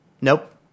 Nope